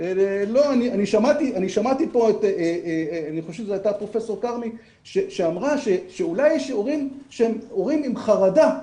שמעתי פה את פרופ' כרמי שאמרה שאולי יש הורים שהם עם חרדה,